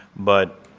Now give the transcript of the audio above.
but